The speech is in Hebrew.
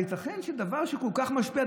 הייתכן שדבר שכל כך משפיע,